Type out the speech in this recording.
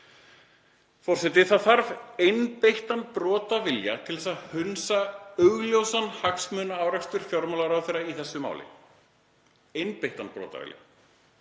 Það þarf einbeittan brotavilja til að hunsa augljósan hagsmunaárekstur fjármálaráðherra í þessu máli, einbeittan brotavilja.